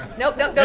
no, no,